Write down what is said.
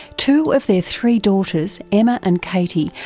two of their three daughters, emma and katie,